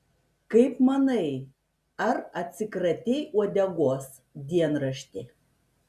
kaip manai ar atsikratei uodegos dienrašti